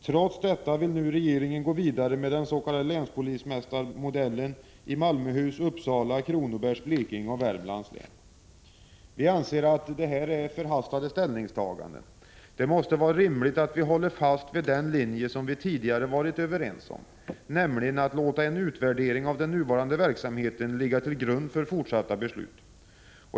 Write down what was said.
Trots detta vill nu regeringen gå vidare med den s.k. länspolismästarmodellen i Malmöhus, Uppsala, Kronobergs, Blekinge och Värmlands län. Vi anser att detta är förhastade ställningstaganden. Det måste vara rimligt att vi håller fast vid den linje som vi tidigare varit överens om, nämligen att låta en utvärdering av den nuvarande verksamheten ligga till grund för fortsatta beslut.